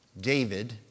David